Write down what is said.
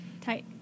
Tight